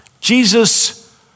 Jesus